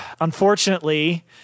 unfortunately